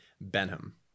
Benham